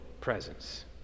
presence